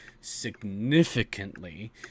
significantly